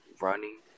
running